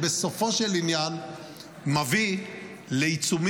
בסופו של עניין זה מביא לעיצומים,